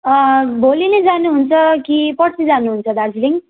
अँ भोलि नै जानुहुन्छ कि पर्सी जानुहुन्छ दार्जिलिङ